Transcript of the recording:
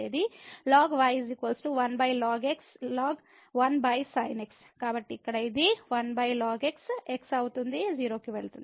ln y 1ln xln కాబట్టి ఇక్కడ ఇది 1 lnx x అవుతుంది 0 కీ వెళ్తుంది